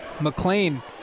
McLean